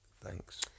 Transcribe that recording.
Thanks